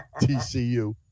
TCU